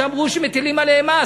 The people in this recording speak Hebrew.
שאמרו שמטילים עליהם מס?